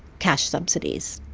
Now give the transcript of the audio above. cash subsidies.